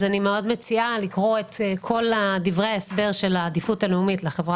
אני מציעה לקרוא את כל דברי ההסבר של העדיפות הלאומית לחברה